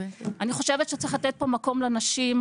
אני חושבת שצריך לתת פה מקום לנשים,